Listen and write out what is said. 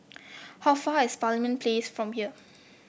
how far is Parliament Place from here